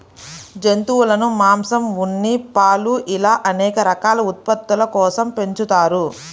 జంతువులను మాంసం, ఉన్ని, పాలు ఇలా అనేక రకాల ఉత్పత్తుల కోసం పెంచుతారు